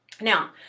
Now